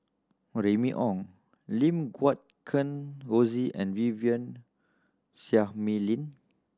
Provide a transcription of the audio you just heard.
Remy Ong Lim Guat Kheng Rosie and Vivien Seah Mei Lin